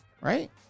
Right